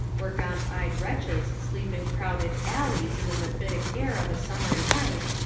where gaunt-eyed wretches sleep in crowded alleys in the mephitic air of a summer night,